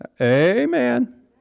Amen